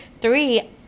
three